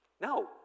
no